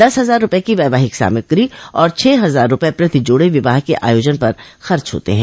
दस हजार रूपये की वैवाहिक सामग्री और छह हजार रूपये प्रति जोड़े विवाह के आयोजन पर खर्च होते है